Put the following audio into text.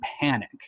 panic